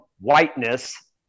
whiteness